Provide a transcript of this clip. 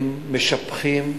הם משבחים.